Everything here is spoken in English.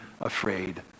afraid